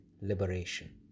liberation